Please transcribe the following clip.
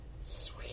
Sweet